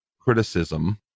criticism